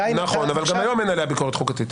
נכון, אבל גם היום אין עליה ביקורת חוקתית.